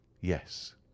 Yes